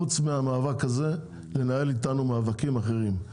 חוץ מהמאבק הזה, לנהל איתנו מאבקים אחרים.